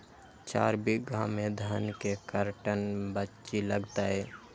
चार बीघा में धन के कर्टन बिच्ची लगतै?